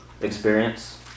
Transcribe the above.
experience